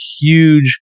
huge